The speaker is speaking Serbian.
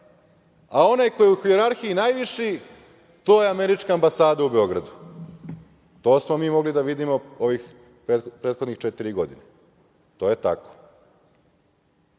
a onaj ko je u hijerarhiji najviši, to je američka ambasada u Beogradu. To smo mi mogli da vidimo ovih prethodnih četiri godine. To je